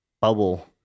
bubble